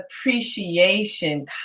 appreciation